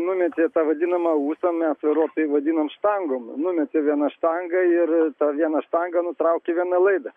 numetė tą vadinamą ūsą mes vairuotojai vadinam štangom numetė vieną štangą ir ta viena štaga nutraukė vieną laidą